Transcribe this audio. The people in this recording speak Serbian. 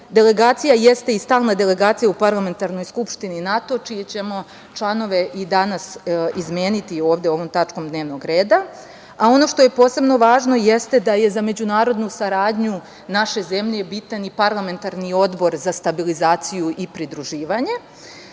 delegacija jeste i stalna delegacija u Parlamentarnoj skupštini NATO, čije ćemo članove i danas izmeniti ovde ovom tačkom dnevnog reda. Ono što je posebno važno jeste da je za međunarodnu saradnju naše zemlje bitan i Parlamentarni odbor za stabilizaciju i pridruživanje. Ovaj